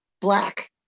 Black